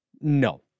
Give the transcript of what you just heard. No